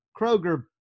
Kroger